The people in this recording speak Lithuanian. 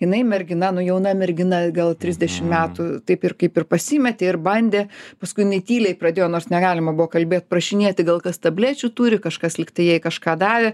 jinai mergina nu jauna mergina gal trisdešim metų taip ir kaip ir pasimetė ir bandė paskui jinai tyliai pradėjo nors negalima buvo kalbėt prašinėti gal kas tablečių turi kažkas lyg tai jai kažką davė